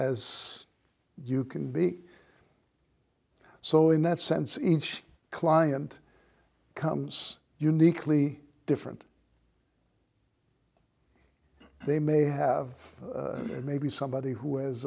as you can be so in that sense inch client comes uniquely different they may have maybe somebody who has